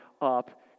up